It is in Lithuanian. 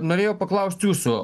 norėjau paklaust jūsų